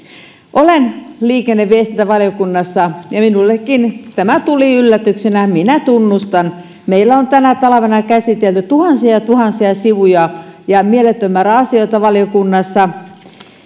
olen liikenne ja viestintävaliokunnassa ja minullekin tämä tuli yllätyksenä minä tunnustan meillä on tänä talvena käsitelty tuhansia ja tuhansia sivuja ja mieletön määrä asioita valiokunnassa